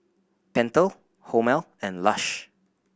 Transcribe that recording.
Pentel Hormel and Lush